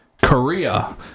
Korea